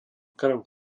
krv